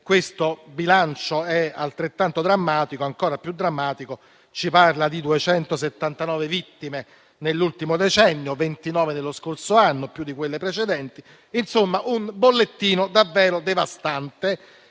questo bilancio è ancora più drammatico, poiché ci parla di 279 vittime nell'ultimo decennio e 29 nello scorso anno (più di quelle precedenti). Insomma, è un bollettino davvero devastante,